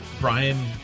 Brian